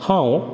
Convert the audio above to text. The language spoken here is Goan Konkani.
हांव